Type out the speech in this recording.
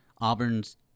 Auburn's